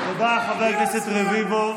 תודה, חבר הכנסת רביבו.